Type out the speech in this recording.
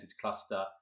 cluster